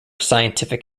scientific